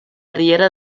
riera